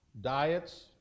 diets